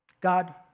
God